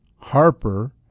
Harper